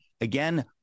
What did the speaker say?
Again